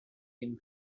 him